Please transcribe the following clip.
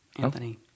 Anthony